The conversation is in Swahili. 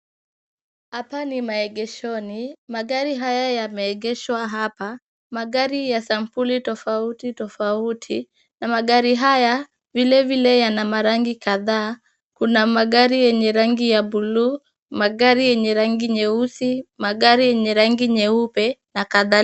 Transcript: Hapa ni maegeshoni. Magari haya yameegeshwa hapa. Magari ya sampuli tofauti tofauti na magari haya vile vile yana marangi kadhaa. Kuna magari yenye rangi ya buluu, magari yenye rangi nyeusi, magari yenye rangi nyeupe na kadhalika.